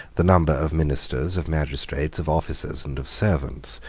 the number of ministers, of magistrates, of officers, and of servants,